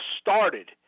started